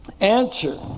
Answer